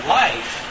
life